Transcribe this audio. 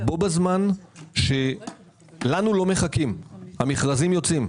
בו בזמן שלנו לא מחכים, המכרזים יוצאים,